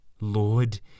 Lord